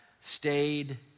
stayed